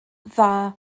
dda